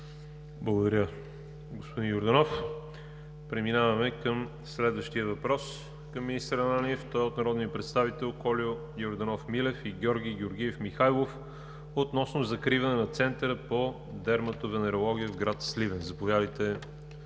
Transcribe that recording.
Благодаря, господин Йорданов. Преминаваме към следващия въпрос към министър Ананиев, той е от народния представител Кольо Йорданов Милев и Георги Георгиев Михайлов относно закриването на Центъра по дерматовенерология в град Сливен. Заповядайте,